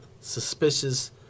suspicious